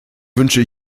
wünsche